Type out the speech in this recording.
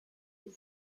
and